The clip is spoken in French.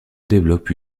développe